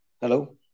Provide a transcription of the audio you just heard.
Hello